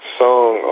song